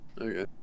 Okay